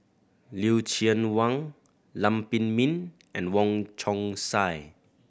Lucien Wang Lam Pin Min and Wong Chong Sai